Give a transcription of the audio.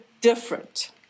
different